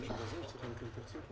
אנחנו מצביעים.